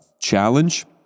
challenge